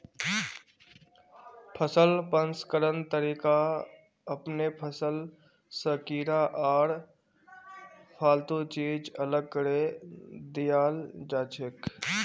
फसल प्रसंस्करण तरीका अपनैं फसल स कीड़ा आर फालतू चीज अलग करें दियाल जाछेक